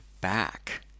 back